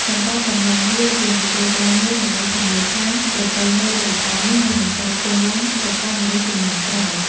មិនតែប៉ុណ្ណោះវាជាមធ្យោបាយមួយដើម្បីធានាថាប្រពៃណីដ៏ល្អនេះនឹងបន្តគង់វង្សទៅកាន់មនុស្សជំនាន់ក្រោយ។